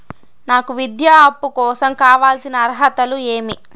నాకు విద్యా అప్పు కోసం కావాల్సిన అర్హతలు ఏమి?